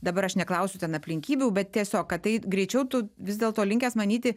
dabar aš neklausiu ten aplinkybių bet tiesiog kad tai greičiau tu vis dėlto linkęs manyti